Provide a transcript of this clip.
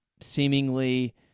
seemingly